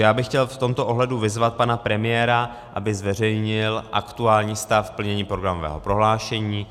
Já bych chtěl v tomto ohledu vyzvat pana premiéra, aby zveřejnil aktuální stav plnění programového prohlášení.